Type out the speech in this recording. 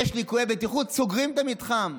יש ליקויי בטיחות וסוגרים את המתחם.